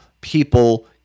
people